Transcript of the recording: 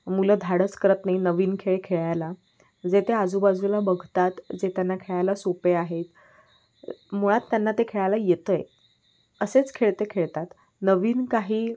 मुलं धाडस करत नाही नवीन खेळ खेळायला जे ते आजूबाजूला बघतात जे त्यांना खेळायला सोपे आहे मुळात त्यांना ते खेळायला येत आहे असेच खेळ ते खेळतात नवीन काही